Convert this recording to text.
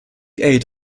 eight